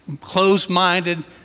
closed-minded